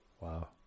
Wow